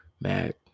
mad